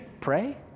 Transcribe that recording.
pray